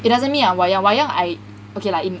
it doesn't mean I'm wayang wayang I okay lah i~